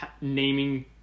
naming